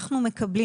אנחנו,